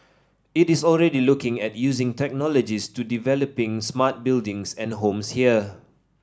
it is already looking at using technologies to developing smart buildings and homes here